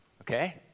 okay